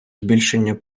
збільшення